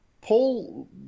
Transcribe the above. Paul